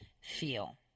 feel